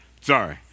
Sorry